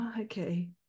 okay